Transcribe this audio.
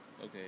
Okay